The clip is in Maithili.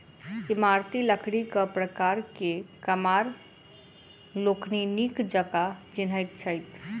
इमारती लकड़ीक प्रकार के कमार लोकनि नीक जकाँ चिन्हैत छथि